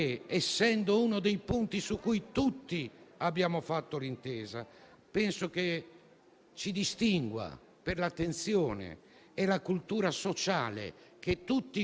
Sappiamo che è uno dei servizi che più duramente ha pagato i tagli e credo che questo sia un punto importante.